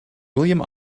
william